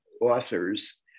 authors